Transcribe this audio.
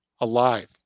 alive